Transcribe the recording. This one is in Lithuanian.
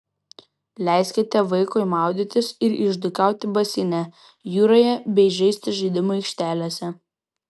leiskite vaikui maudytis ir išdykauti baseine jūroje bei žaisti žaidimų aikštelėse